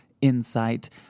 insight